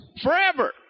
forever